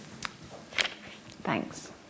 Thanks